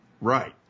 Right